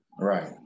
Right